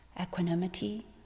equanimity